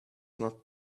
not